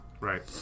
Right